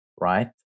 right